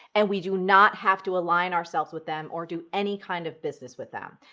and we do not have to align ourselves with them or do any kind of business with them.